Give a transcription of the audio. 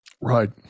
Right